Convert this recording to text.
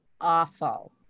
Awful